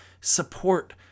support